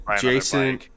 Jason